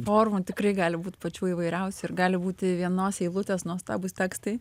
formų tikrai gali būti pačių įvairiausių ir gali būti vienos eilutės nuostabūs tekstai